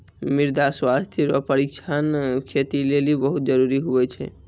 मृदा स्वास्थ्य रो परीक्षण खेती लेली बहुत जरूरी हुवै छै